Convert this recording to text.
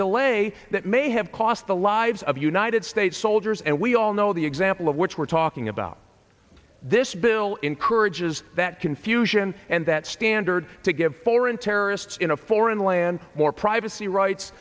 delay that may have cost the lives of united states soldiers and we all know the example of which we're talking about this bill encourages that confusion and that standard to give foreign terrorists in a foreign land more privacy rights